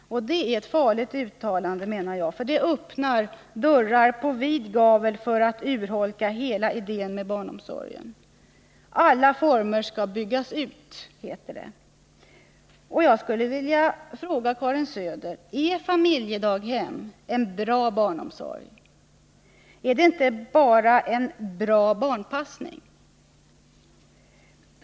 Det är ett farligt uttalande. Det öppnar dörrar på vid gavel för att urholka hela idén med barnomsorgen. Alla former skall byggas ut, heter det. Jag vill fråga Karin Söder: Är familjedaghem en bra form av barnomsorg? Är det inte bara en bra barnpassning?